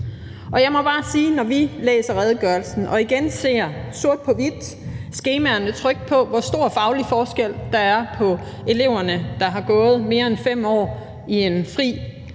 Jeg må bare sige, at vi, når vi læser redegørelsen, igen sort på hvidt kan se i de trykte skemaer, hvor stor faglig forskel der er på de elever, der har gået mere end 5 år i en fri-